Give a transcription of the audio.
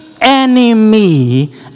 enemy